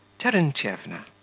terentyevna.